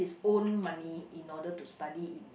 own money in order to study in